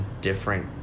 different